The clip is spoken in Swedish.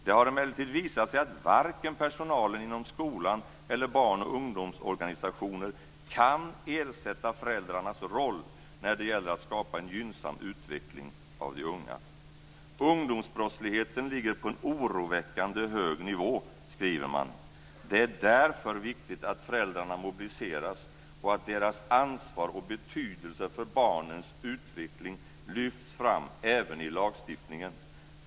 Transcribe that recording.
Det har emellertid visat sig att varken personalen inom skolan eller barn och ungdomsorganisationer kan ersätta föräldrarnas roll när det gäller att skapa en gynnsam utveckling av de unga. Ungdomsbrottsligheten ligger på en oroväckande hög nivå. Det är därför viktigt att föräldrarna mobiliseras och att deras ansvar och betydelse för barnens utveckling lyfts fram även i lagstiftningen.